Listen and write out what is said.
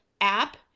app